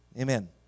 Amen